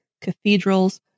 cathedrals